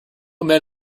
man